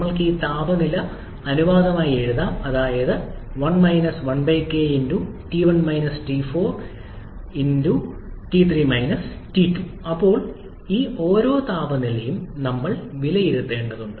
നമുക്ക് ഇത് താപനിലയുടെ അനുപാതമായി എഴുതാം അതായത് ഇപ്പോൾ ഈ ഓരോ താപനിലയും നമ്മൾ വിലയിരുത്തേണ്ടതുണ്ട്